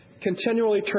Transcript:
continually